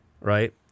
right